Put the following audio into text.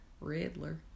Riddler